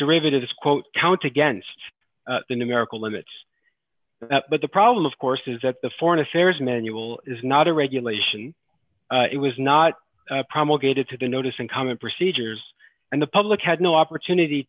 derivative is quote counts against the numerical limits but the problem of course is that the foreign affairs manual is not a regulation it was not promulgated to the notice in common procedures and the public had no opportunity